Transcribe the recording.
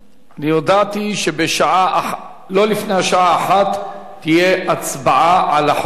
אני הודעתי שלא לפני השעה 01:00 תהיה הצבעה על החוק הזה.